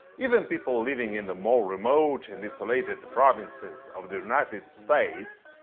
even people living in the more remote and isolated provinces of the united states,